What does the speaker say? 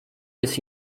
jest